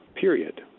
period